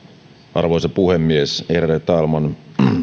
arvoisa puhemies ärade talman